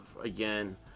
again